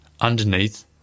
underneath